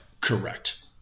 Correct